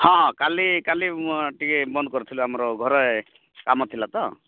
ହଁ ହଁ କାଲି କାଲି ମୋ ଟିକେ ବନ୍ଦ୍ କରିଥିଲୁ ଆମର୍ ଘରେ କାମ ଥିଲା ତ